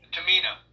Tamina